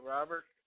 Robert